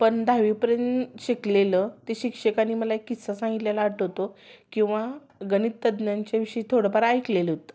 पण दहावीपर्यंत शिकलेलं ते शिक्षकांनी मला एक किस्सा सांगितलेला आठवतो किंवा गणित तज्ज्ञांच्या विषयी थोडंफार ऐकलेलं होतं